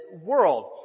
world